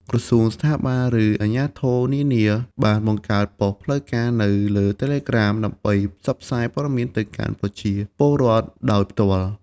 ក្រសួង ស្ថាប័ន ឬអាជ្ញាធរនានាបាន បង្កើតប៉ុស្តិ៍ផ្លូវការ នៅលើ Telegram ដើម្បីផ្សព្វផ្សាយព័ត៌មានទៅកាន់ប្រជាពលរដ្ឋដោយផ្ទាល់។